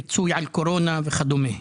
פיצוי על קורונה וכדומה.